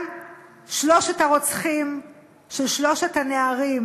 גם שלושת הרוצחים של שלושת הנערים,